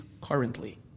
currently